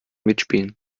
mitspielen